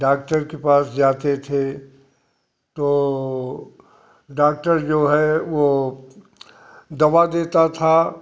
doctor के पास जाते थे तो डॉक्टर जो हैं वो दवा देता था